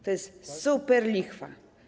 To jest superlichwa.